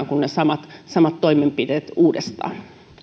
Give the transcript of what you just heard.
kuin keksitään ne samat samat toimenpiteet uudestaan